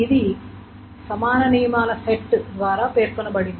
ఇది సమాన నియమాల సెట్ ద్వారా పేర్కొనబడింది